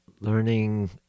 learning